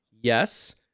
yes